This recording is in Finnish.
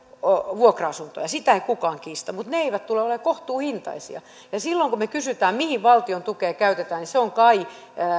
vuokra asuntoja sitä ei kukaan kiistä mutta ne eivät tule olemaan kohtuuhintaisia silloin kun me kysymme mihin valtion tukea käytetään niin vastaus on kai että